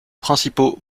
principaux